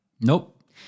Nope